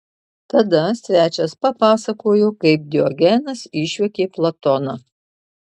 tada svečias papasakojo kaip diogenas išjuokė platoną